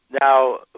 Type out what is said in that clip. Now